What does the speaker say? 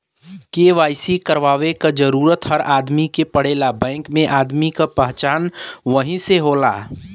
KYC करवाये क जरूरत हर आदमी के पड़ेला बैंक में आदमी क पहचान वही से होला